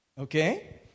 Okay